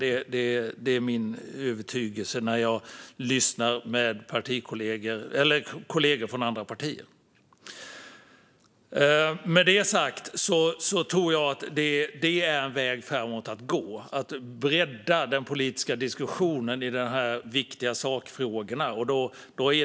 Det är min övertygelse när jag lyssnar med kollegor från andra partier. Med det sagt tror jag att en väg framåt är att bredda den politiska diskussionen i de här viktiga sakfrågorna.